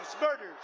murders